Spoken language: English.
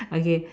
okay